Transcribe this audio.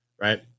Right